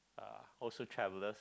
uh also travellers